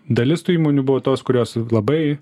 dalis tų įmonių buvo tos kurios labai